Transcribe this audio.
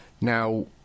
Now